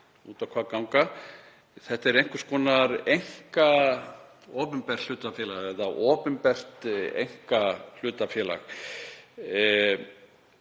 út á hvað ganga. Þetta er einhvers konar einkaopinbert hlutafélag